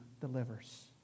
delivers